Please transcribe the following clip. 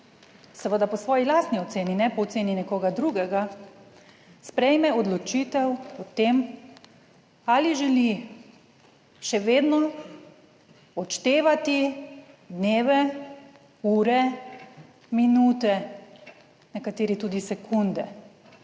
seveda po svoji lastni oceni, ne po oceni nekoga drugega, sprejme odločitev o tem, ali želi še vedno odštevati dneve, ure, minute, nekateri tudi sekunde